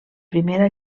primera